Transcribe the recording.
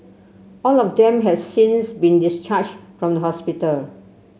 all of them have since been discharged from the hospital